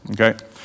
okay